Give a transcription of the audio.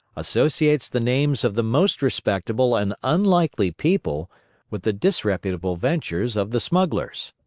associates the names of the most respectable and unlikely people with the disreputable ventures of the smugglers.